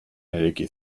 eraiki